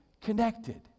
connected